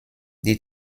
die